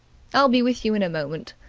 i'll be with you in a moment.